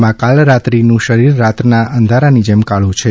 મા કાલરાત્રિનું શરીર રાતના અંધકારની જેમ કાળું છે